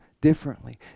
differently